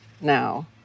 now